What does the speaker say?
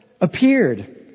appeared